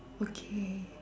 okay